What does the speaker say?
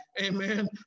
Amen